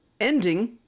ending